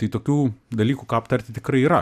tai tokių dalykų ką aptarti tikrai yra